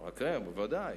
בוודאי.